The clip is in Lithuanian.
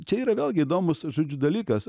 čia yra vėlgi įdomus žodžiu dalykas